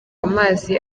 amazi